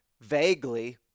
vaguely